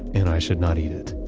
and i should not eat it.